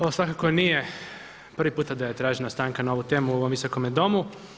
Ovo svakako nije prvi puta da je tražena stanka na ovu temu u ovom Visokome domu.